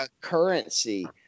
currency